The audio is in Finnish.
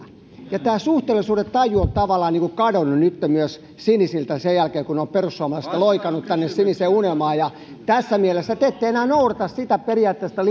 tämä suhteellisuudentaju on tavallaan kadonnut nyt myös sinisiltä sen jälkeen kun he ovat perussuomalaisista loikanneet siniseen unelmaan tässä mielessä te ette enää noudata sitä periaatteellista